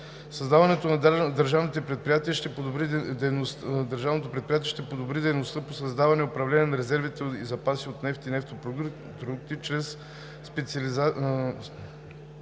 Създаването на държавното предприятие ще подобри дейността по създаване и управление на резервите и запасите от нефт и нефтопродукти чрез специализация